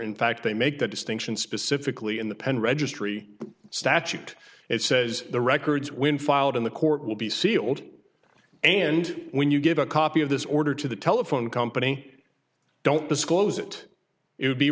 in fact they make that distinction specifically in the pen registry statute it says the records when filed in the court will be sealed and when you give a copy of this order to the telephone company don't disclose it it